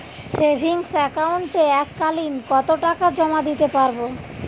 Savings একাউন্টে এক কালিন কতটাকা জমা দিতে পারব?